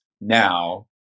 now